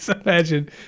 imagine